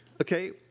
okay